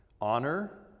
Honor